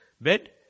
bed